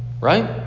Right